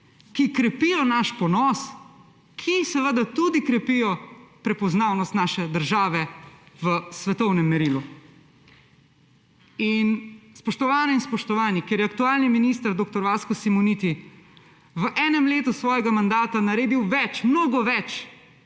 ki krepijo naš ponos, ki seveda tudi krepijo prepoznavnost naše države v svetovnem merilu. Spoštovane in spoštovani, ker je aktualni minister dr. Vasko Simoniti v enem letu svojega mandata naredil več, mnogo več